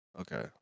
Okay